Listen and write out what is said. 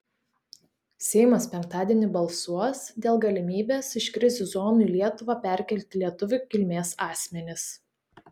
seimas penktadienį balsuos dėl galimybės iš krizių zonų į lietuvą perkelti lietuvių kilmės asmenis